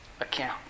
account